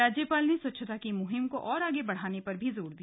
राज्यपाल ने स्वच्छता की मुहिम को और आगे बढ़ाने पर जोर दिया